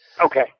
Okay